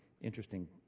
interesting